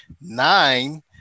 nine